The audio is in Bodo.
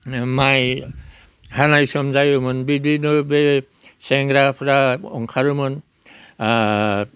माइ हानाय सम जायोमोन बिदिनो बे सेंग्राफोरा ओंखारोमोन